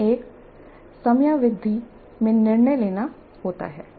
उन्हें एक समयावधि में निर्णय लेना होता है